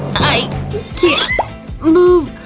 i can't move!